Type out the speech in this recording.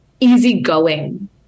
easygoing